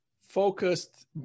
focused